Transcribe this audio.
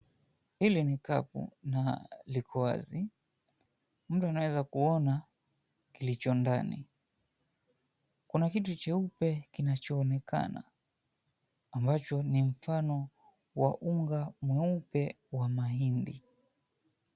Hili ni kapu, na liko wazi. Mtu anaweza kuona kilicho ndani. Kuna kitu cheupe ambacho ni mfano wa unga mweupe wa mahindi.